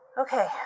Okay